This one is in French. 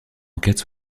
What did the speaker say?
enquête